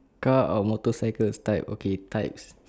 car or motorcycle types okay type